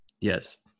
Yes